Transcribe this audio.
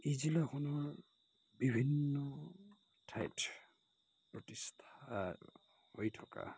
এই জিলাখনৰ বিভিন্ন ঠাইত প্ৰতিষ্ঠা হৈ থকা